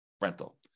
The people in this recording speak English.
rental